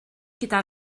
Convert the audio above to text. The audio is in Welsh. gyda